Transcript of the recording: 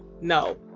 no